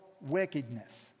wickedness